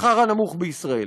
השכר הנמוך בישראל.